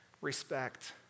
respect